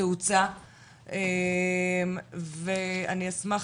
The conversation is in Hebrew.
תאוצה ואני אשמח,